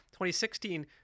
2016